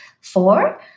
four